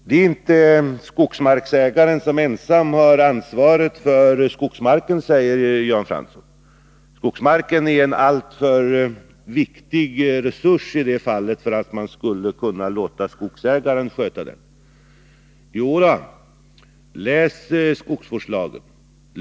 Det är inte skogsmarksägaren som ensam har ansvaret för skogsmarken, säger Jan Fransson. Skogsmarken är en alltför viktig resurs för att man skulle låta skogsägaren sköta den, säger han.